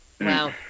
Wow